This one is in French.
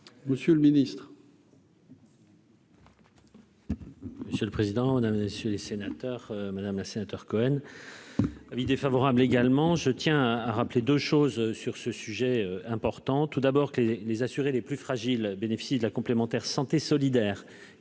Monsieur le Ministre. Monsieur le président, messieurs les sénateurs Madame la sénateur Cohen : avis défavorable également, je tiens à rappeler 2 choses sur ce sujet important, tout d'abord que les les assurés les plus fragiles bénéficient de la complémentaire santé solidaire